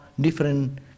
different